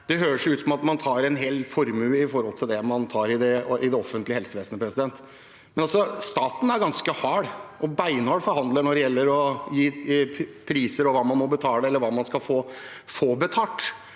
en hel formue i forhold til det man tar i det offentlige helsevesenet. Staten er altså ganske hard og en beinhard forhandler når det gjelder å gi priser og hva man må betale, eller hva man skal få betalt.